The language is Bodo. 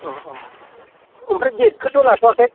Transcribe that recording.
औ औ ओमफ्राय डेटखौथ' लाथ'वाखै